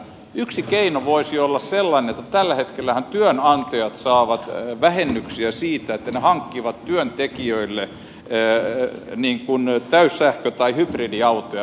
yksi keino voisi olla sellainen että tällä hetkellähän työnantajat saavat verovähennyksiä siitä että hankkivat työntekijöille täyssähkö tai hybridiautoja